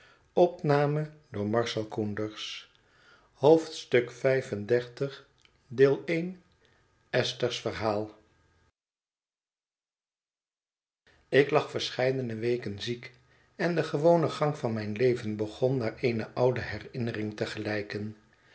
xxxv esther's verhaal ik lag verscheidene weken ziek en de gewone gang van mijn leven begon naar eene oude herinnering te